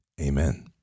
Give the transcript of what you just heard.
Amen